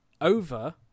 over